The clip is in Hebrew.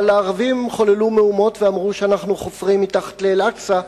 אבל הערבים חוללו מהומות ואמרו שאנחנו חופרים מתחת לאל-אקצא,